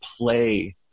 play